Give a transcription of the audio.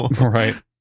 Right